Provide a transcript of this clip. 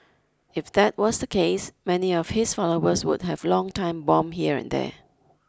if that was the case many of his followers would have long time bomb here and there